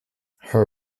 her